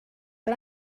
but